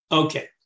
okay